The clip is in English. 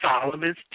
Solomon's